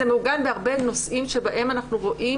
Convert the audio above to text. זה מעוגן בהרבה נושאים שבהם אנחנו רואים